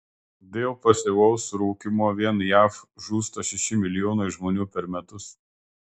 dėl pasyvaus rūkymo vien jav žūsta šeši milijonai žmonių per metus